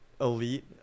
elite